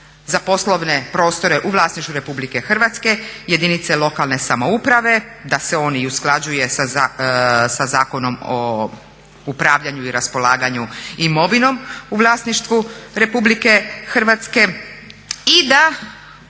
za poslovne prostore u vlasništvu Republike Hrvatske, jedinice lokalne samouprave, da se on i usklađuje sa Zakonom o upravljanju i raspolaganju imovinom u vlasništvu Republike Hrvatske i da